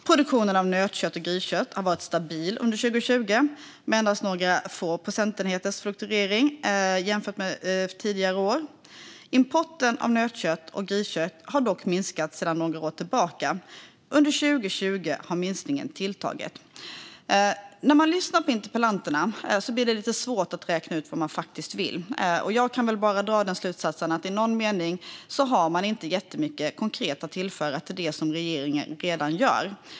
Produktionen av nötkött och griskött har varit stabil under 2020 med endast några få procentenheters fluktuering jämfört med tidigare år. Importen av nötkött och griskött har dock minskat sedan några år tillbaka. Under 2020 har minskningen tilltagit. När man lyssnar till interpellanterna är det lite svårt att räkna ut vad de faktiskt vill. Jag kan bara dra slutsatsen att de i någon mening inte har särskilt mycket konkret att tillföra till det som regeringen redan gör.